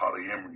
polyamory